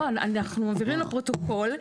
לא, אנחנו מבהירים לפרוטוקול.